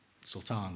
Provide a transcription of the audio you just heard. Sultan